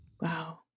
Wow